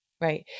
right